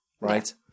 right